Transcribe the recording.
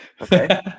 Okay